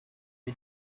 est